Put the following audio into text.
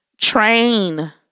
train